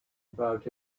about